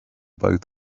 both